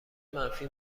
منفی